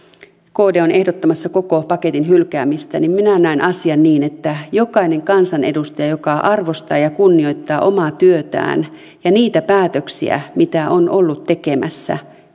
kd on ehdottamassa koko paketin hylkäämistä niin minä näen asian niin että kukaan kansanedustaja joka arvostaa ja ja kunnioittaa omaa työtään ja niitä päätöksiä mitä on ollut tekemässä